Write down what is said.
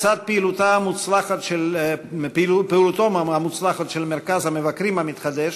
לצד פעילותו המוצלחת של מרכז המבקרים המתחדש,